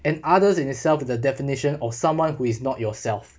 and others in itself the definition of someone who is not yourself